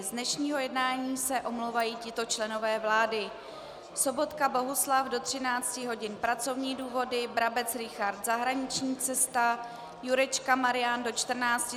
Z dnešního jednání se omlouvají tito členové vlády: Sobotka Bohuslav do 13 hodin pracovní důvody, Brabec Richard zahraniční cesta, Jurečka Marian do 14.